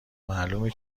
معلومه